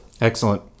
Excellent